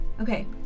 Okay